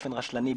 באופן רשלני,